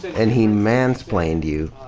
and he mansplained you.